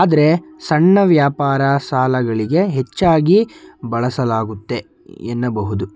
ಆದ್ರೆ ಸಣ್ಣ ವ್ಯಾಪಾರ ಸಾಲಗಳಿಗೆ ಹೆಚ್ಚಾಗಿ ಬಳಸಲಾಗುತ್ತೆ ಎನ್ನಬಹುದು